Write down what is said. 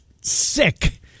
sick